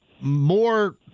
more